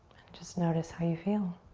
just notice how you feel.